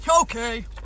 Okay